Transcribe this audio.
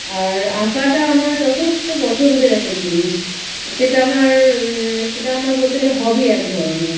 আর আঁকাটা আমার যথেষ্ট পছন্দের একটা জিনিস সেটা আমার সেটা আমার বলতে গেলে হবি এক ধরনের